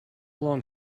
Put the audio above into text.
long